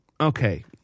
okay